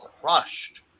crushed